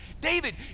David